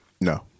No